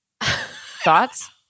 Thoughts